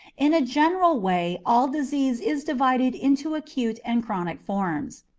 in a general way all disease is divided into acute and chronic forms.